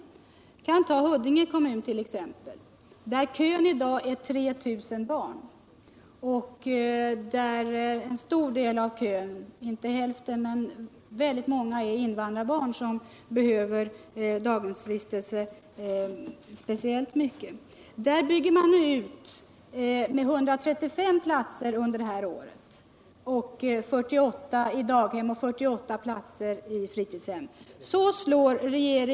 Vi kan ta Huddinge kommun som exempel, där kön i dag är 3 000 barn och där en stor del av kön — inte hälften, men väldigt många — består av invandrarbarn, som behöver daghemsvistelse speciellt mycket. I Huddinge kommun bygger man under det här året ut med 135 daghemsplatser och 48 fritidshemsplatser.